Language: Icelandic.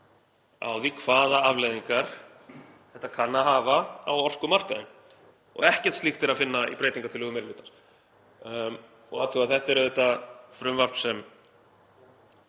á því hvaða afleiðingar þetta kann að hafa á orkumarkaðinn og ekkert slíkt er að finna í breytingartillögum meiri hlutans. Og athugið, þetta er auðvitað frumvarp sem